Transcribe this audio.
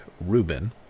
Rubin